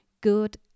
good